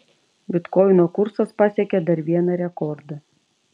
bitkoino kursas pasiekė dar vieną rekordą